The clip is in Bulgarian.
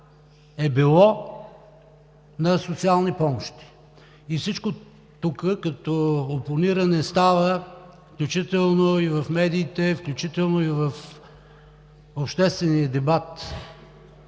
е било, на социални помощи. Всичко тук като опониране става – включително и в медиите, включително и в обществения дебат